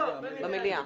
במליאה לדיבור.